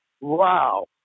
Wow